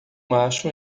macho